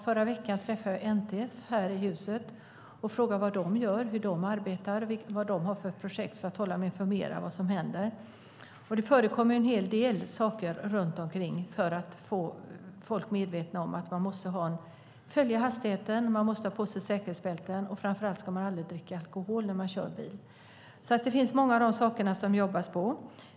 Förra veckan träffade jag här i huset NTF och frågade vad de gör, hur de arbetar och vad de har för projekt för att hålla mig informerad om vad som händer. Det förekommer en hel del saker runt omkring för att få människor medvetna om att de måste följa hastigheten, ha på sig säkerhetsbälten och framför allt att de aldrig ska dricka alkohol när de kör bil. Det finns många av de sakerna som man jobbar med.